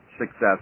success